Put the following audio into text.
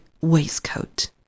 waistcoat